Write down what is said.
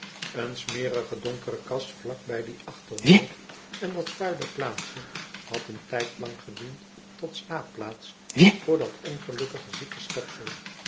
een smerige donkere kast vlak bij die achterdeur en dat vuile plaatsje had een tydlang gediend tot slaapplaats voor dat ongelukkige zieke